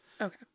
Okay